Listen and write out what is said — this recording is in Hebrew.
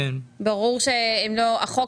ברור שהחוק,